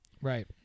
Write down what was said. Right